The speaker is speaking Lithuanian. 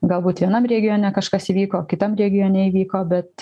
galbūt vienam regione kažkas įvyko kitam regione įvyko bet